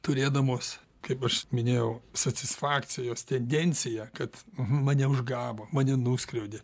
turėdamos kaip aš minėjau satisfakcijos tendenciją kad mane užgavo mane nuskriaudė